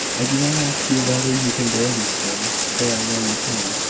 i do not ask you whether you can bear these things, for i know you can.